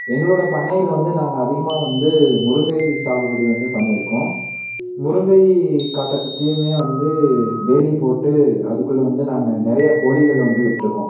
எங்களோடு பண்ணையில் வந்து நாங்கள் அதிகமாக வந்து முருங்கை சாகுபடி வந்து பண்ணியிருக்கோம் முருங்கை காட்டை சுற்றியுமே வந்து வேலி போட்டு அதுக்குள்ள வந்து நாங்கள் நிறைய கோழிகள் வந்து விட்டிருக்கோம்